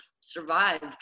survived